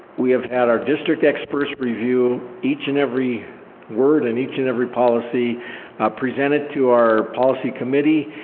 we have had our district experts review each and every word in each and every policy presented to our policy committee,